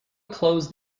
close